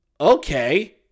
okay